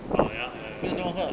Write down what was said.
oh ya man err